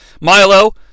Milo